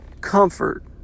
comfort